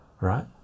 right